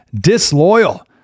disloyal